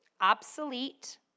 Obsolete